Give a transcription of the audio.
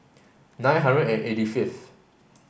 nine hundred and eighty fifth